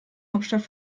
hauptstadt